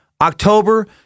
October